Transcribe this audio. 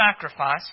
sacrifice